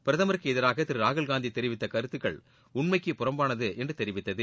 பிரதமருக்கு எதிராக திரு ராகுல்காந்தி தெரிவித்த கருத்துக்கள் உண்மைக்கு புறம்பானது என்று தெரிவித்தது